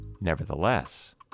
Nevertheless